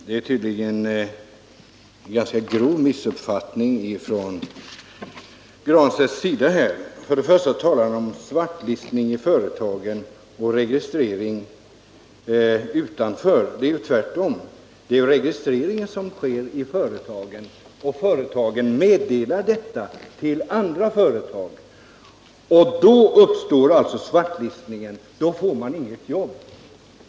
Herr talman! Herr Granstedt gör sig skyldig till en ganska grov missuppfattning. För det första talar han om svartlistning i företagen och registrering utanför dessa. Det är tvärtom så att registreringen sker i det företag där arbetaren är anställd, varefter detta meddelar förhållandet till andra företag. Då uppstår svartlistningen, som gör att arbetare inte får något jobb.